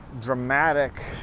dramatic